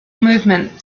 movement